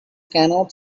cannot